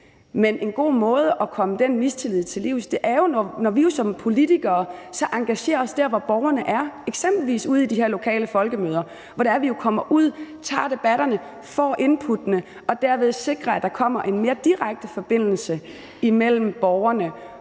Men en god måde at komme den mistillid til livs på er, når vi som politikere engagerer os dér, hvor borgerne er, eksempelvis ude ved de her lokale folkemøder, hvor vi kommer ud, tager debatterne, får inputtene og dermed sikrer, at der kommer en mere direkte forbindelse mellem borgerne